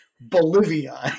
Bolivia